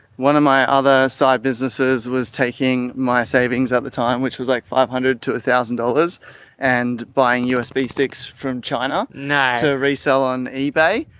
one of my other side businesses was taking my savings at the time, which was like five hundred to a thousand dollars and buying usb sticks from china to resell on ebay.